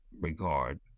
regard